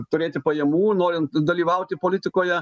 turėti pajamų norint dalyvauti politikoje